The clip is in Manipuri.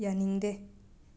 ꯌꯥꯅꯤꯡꯗꯦ